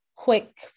quick